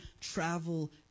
travel